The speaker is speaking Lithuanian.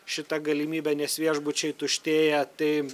šita galimybe nes viešbučiai tuštėja tai